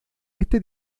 este